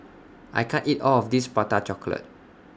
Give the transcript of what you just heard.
I can't eat All of This Prata Chocolate